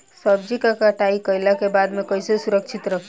सब्जी क कटाई कईला के बाद में कईसे सुरक्षित रखीं?